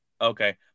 Okay